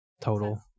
Total